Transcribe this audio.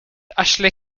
ashley